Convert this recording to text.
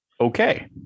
Okay